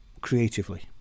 creatively